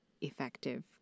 effective